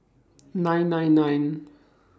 nine nine nine